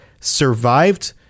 survived